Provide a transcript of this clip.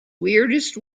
weirdest